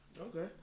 Okay